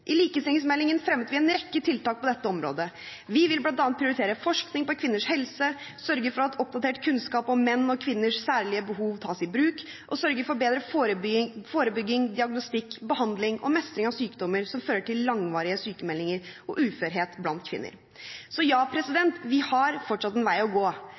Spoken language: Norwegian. I likestillingsmeldingen fremmet vi en rekke tiltak på dette området. Vi vil bl.a. prioritere forskning på kvinners helse, sørge for at oppdatert kunnskap om menns og kvinners særlige behov tas i bruk, og sørge for bedre forebygging, diagnostikk, behandling og mestring av sykdommer som fører til langvarige sykmeldinger og uførhet blant kvinner. Så ja, vi har fortsatt en vei å gå.